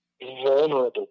vulnerable